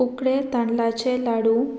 उकडें तांदलाचें लाडू